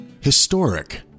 Historic